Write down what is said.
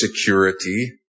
security